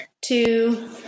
two